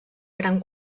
gran